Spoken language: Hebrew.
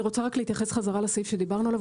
אני רוצה רק להתייחס חזרה לסעיף שדיברנו עליו.